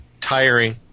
Tiring